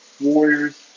warriors